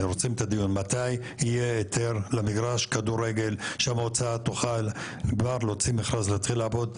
מתי יהיה היתר למגרש כדורגל שהמועצה תוכל כבר להוציא מכרז להתחיל לעבוד?